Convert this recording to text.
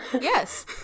Yes